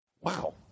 Wow